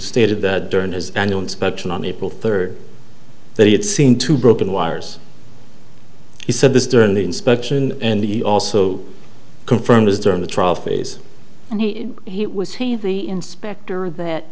stated that during his annual inspection on april third that he had seen two broken wires he said this during the inspection and the also confirmed is during the trial phase and he was he the inspector that